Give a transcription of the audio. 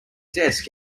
desk